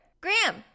Graham